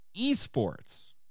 esports